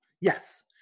Yes